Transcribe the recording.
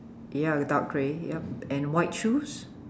ya dark grey yup and white shoes